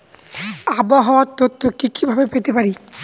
আবহাওয়ার তথ্য কি কি ভাবে পেতে পারি?